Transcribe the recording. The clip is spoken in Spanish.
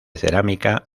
cerámica